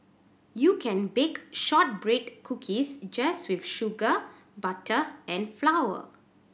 you can bake shortbread cookies just with sugar butter and flour